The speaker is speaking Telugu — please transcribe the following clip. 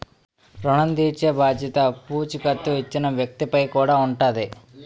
ఋణం తీర్చేబాధ్యత పూచీకత్తు ఇచ్చిన వ్యక్తి పై కూడా ఉంటాది